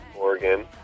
Oregon